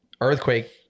Earthquake